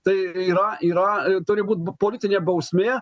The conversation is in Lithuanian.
tai yra yra turi būt politinė bausmė